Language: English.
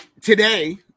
today